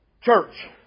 Church